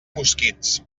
mosquits